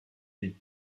des